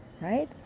right